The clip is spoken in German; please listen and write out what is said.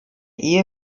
ehe